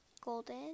golden